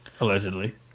allegedly